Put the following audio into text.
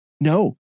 No